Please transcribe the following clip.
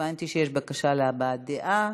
הבנתי שיש בקשה להבעת דעה.